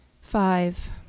Five